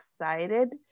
excited